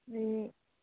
बे